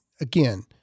Again